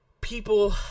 people